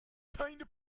keine